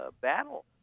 battle